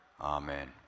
Amen